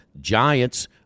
Giants